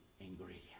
ingredient